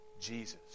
Jesus